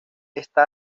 está